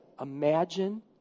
Imagine